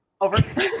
Over